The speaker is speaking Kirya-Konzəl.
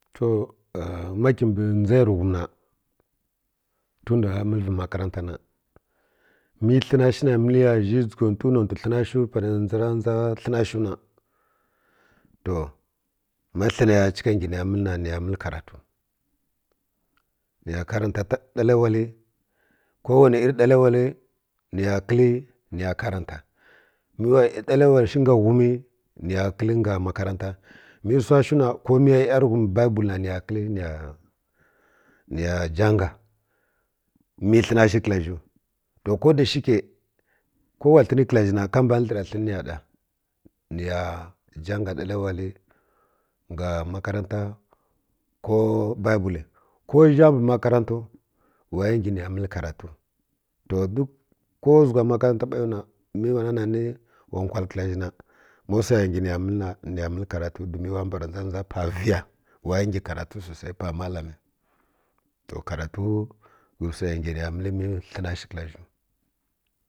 To ma kə mbi ndʒa ya rə ghum na tum nda wa məl vi makarata na mə hə na shi na məl yo zhi dʒiga nfwi nontə hə na shiw panə fʒa ra dʒa hə na shiw na to ma hə ha ngi ni ya chika məl na ni ya məl karatu ni karanta ta ɗalə wari ko wane iri daləwari ni kəl ni ya karanta mə wa ɗale wari shi nga ghumi ni ya kəl nga makaranta mə sa shiw na ko miya yarighum-bisle ni ya kel ni ya danga mə hə na shi kəla zhiw to ko da shi ke ko wa hən kəla zhi na ka mban həra ni ya ɗa ni ya danga ɗaləwari nga makarata ko bibile ko zhi mbə makaranta wa yi ngi no ya məl karatu to duk ko zwəkə makarata bad yiw na mə wana na ni wa wkə kəla zhi na ma wsai ya ngi ni ya məl na ni ya məl karatu doman wa mbara dʒa dʒa pa viya wa ngi karatu dudai ya malami yi to karatu nə ya ngi na məl mə hə na shi kəla zhiw.